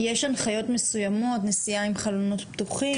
יש הנחיות מסוימות, נסיעה עם חלונות פתוחים?